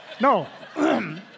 No